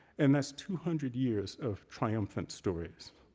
and that's two hundred years of triumphant stories.